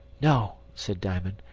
no, said diamond,